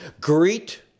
Greet